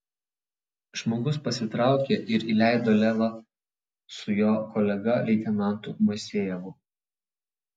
žmogus pasitraukė ir įleido levą su jo kolega leitenantu moisejevu